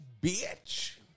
Bitch